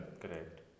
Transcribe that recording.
Correct